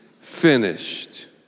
finished